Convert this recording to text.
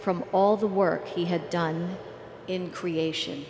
from all the work he had done in creation